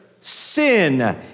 sin